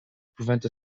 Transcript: prevent